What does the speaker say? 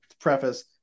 preface